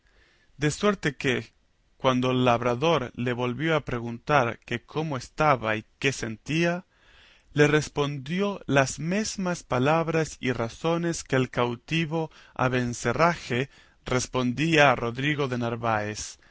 de suerte que cuando el labrador le volvió a preguntar que cómo estaba y qué sentía le respondió las mesmas palabras y razones que el cautivo abencerraje respondía a rodrigo de narváez